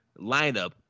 lineup